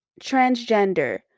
transgender